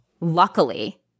luckily